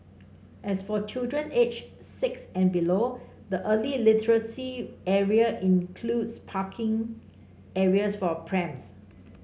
as for children aged six and below the early literacy area includes parking areas for prams